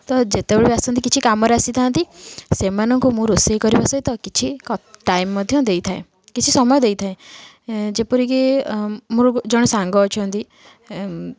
ତ ଯେତେବେଳେ ବି ଆସନ୍ତି କିଛି କାମରେ ଆସିଥାନ୍ତି ସେମାନଙ୍କୁ ମୁଁ ରୋଷେଇ କରିବା ସହିତ କିଛି ଟାଇମ୍ ମଧ୍ୟ ଦେଇଥାଏ କିଛି ସମୟ ଦେଇଥାଏ ଯେପରିକି ମୋର ଜଣେ ସାଙ୍ଗ ଅଛନ୍ତି